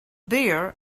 beer